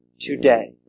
today